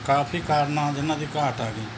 ਕਾਫ਼ੀ ਕਾਰਨ ਆ ਜਿਨ੍ਹਾਂ ਦੀ ਘਾਟ ਆ ਗਈ